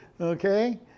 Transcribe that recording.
Okay